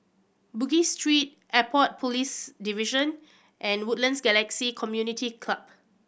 Bugis Street Airport Police Division and Woodlands Galaxy Community Club